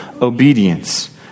obedience